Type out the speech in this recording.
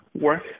work